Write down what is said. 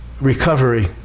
recovery